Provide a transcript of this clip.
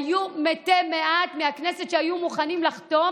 היו מתי מעט מהכנסת שהיו מוכנים לחתום